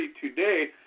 today